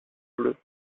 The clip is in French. bleue